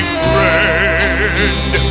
friend